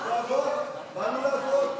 מה עשית?